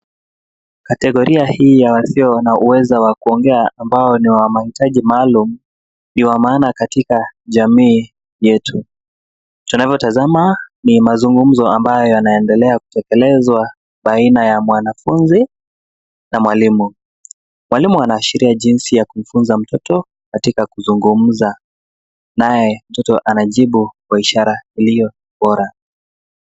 Kategoria hii ya wasio na uweza wa kuongea ambao ni wa mahitaji maalum ni wa maana katika jamii yetu. Tunavyotazama ni mazungumzo ambayo yanaendelea kutekelezwa baina ya mwanafunzi na mwalimu. Mwalimu anaashiria jinsi ya kumfunza mtoto katika kuzungumza naye mtoto anajibu kwa ishara iliyo bora.